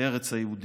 לארץ היהודים.